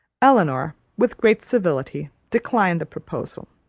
elinor, with great civility, declined the proposal.